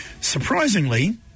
Surprisingly